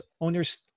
owners